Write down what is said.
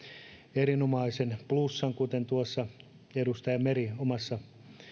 erinomaisen plussan kuten tuossa edustaja meri omassa